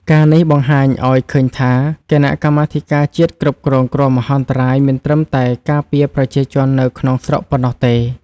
ការណ៍នេះបង្ហាញឱ្យឃើញថា គណៈកម្មាធិការជាតិគ្រប់គ្រងគ្រោះមហន្តរាយមិនត្រឹមតែការពារប្រជាជននៅក្នុងស្រុកប៉ុណ្ណោះទេ។